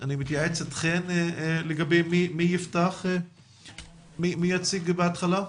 מי יציג בהתחלה?